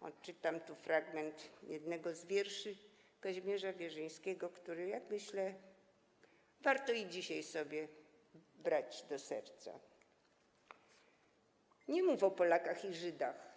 odczytam fragment jednego z wierszy Kazimierza Wierzyńskiego, który, jak myślę, warto i dzisiaj sobie brać do serca: „Nie mów o Polakach i Żydach,